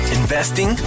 investing